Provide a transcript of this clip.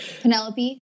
Penelope